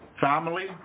family